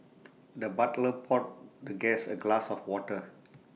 the butler poured the guest A glass of water